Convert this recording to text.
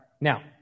Now